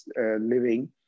living